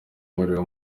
umuriro